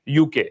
UK